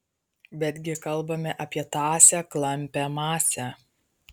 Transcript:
bet gi kalbame apie tąsią klampią masę